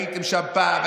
הייתם שם פעם,